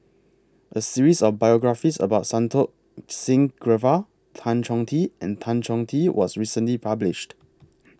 A series of biographies about Santokh Singh Grewal Tan Chong Tee and Tan Chong Tee was recently published